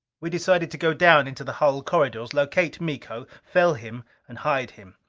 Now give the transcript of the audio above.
we decided to go down into the hull corridors. locate miko. fell him and hide him.